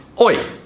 Oi